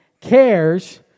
cares